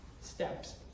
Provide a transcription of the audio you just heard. steps